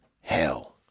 hell